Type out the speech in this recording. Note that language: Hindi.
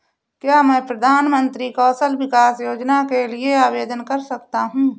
क्या मैं प्रधानमंत्री कौशल विकास योजना के लिए आवेदन कर सकता हूँ?